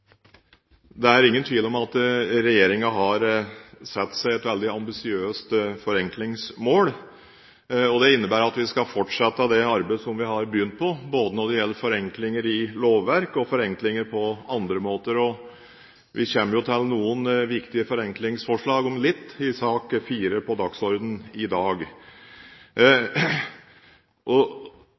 Det er ingen tvil om at regjeringen har satt seg et veldig ambisiøst forenklingsmål. Det innebærer at vi skal fortsette det arbeidet som vi har begynt på når det gjelder både forenklinger i lovverk og forenklinger på andre måter. Vi kommer til noen viktige forenklingsforslag om litt, i sak nr. 4 på dagsordenen i dag.